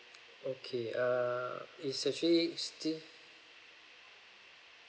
okay err it's actually still